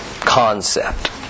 concept